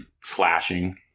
slashing